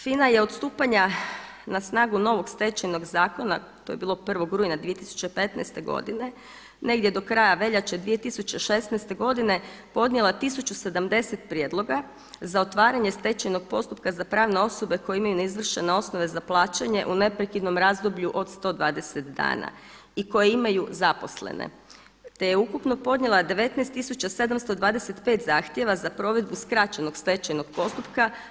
FINA je od stupanja na snagu novog Stečajnog zakona to je bilo 1. rujna 2015. godine negdje do kraja veljače 2016. godine podnijela 1070 prijedloga za otvaranje stečajnog postupka za pravne osobe koje imaju neizvršene osnove za plaćanje u neprekidnom razdoblju od 120 dana i koje imaju zaposlene, te je ukupno podnijela 19725 zahtjeva za provedbu skraćenog stečajnog postupka.